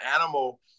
animal